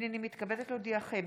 הינני מתכבדת להודיעכם,